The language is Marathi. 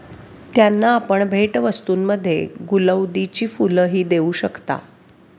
त्यांना आपण भेटवस्तूंमध्ये गुलौदीची फुलंही देऊ शकता